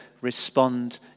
respond